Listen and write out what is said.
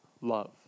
love